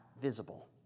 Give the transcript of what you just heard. visible